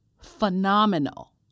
phenomenal